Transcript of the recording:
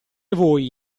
voi